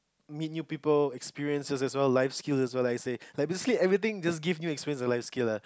meet new people experiences as well life skill as well like let's say basically everything gives you experiences to life skill lah